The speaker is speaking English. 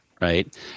right